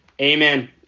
Amen